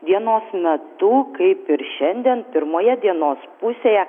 dienos metu kaip ir šiandien pirmoje dienos pusėje